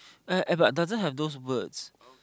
uh but doesn't have those words